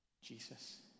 Jesus